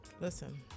Listen